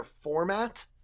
format